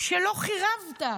שלא חירבת,